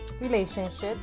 relationships